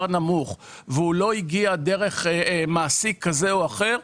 נמוך ולא הגיע דרך מעסיק כזה או אחר,